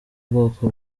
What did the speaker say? bwoko